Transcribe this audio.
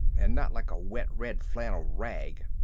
and not like a wet red flannel rag.